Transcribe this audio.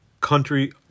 country